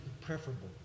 preferable